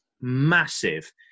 massive